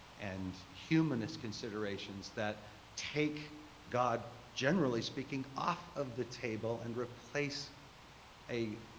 and humanist considerations that take god, generally speaking, off of the table and replace a